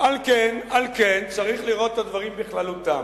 על כן, צריך לראות את הדברים בכללותם.